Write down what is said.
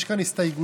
יש כאן הסתייגויות